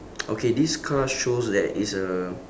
okay this car shows that it's a